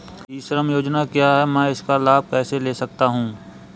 ई श्रम योजना क्या है मैं इसका लाभ कैसे ले सकता हूँ?